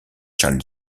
charlie